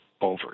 over